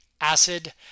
acid